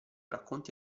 racconti